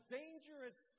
dangerous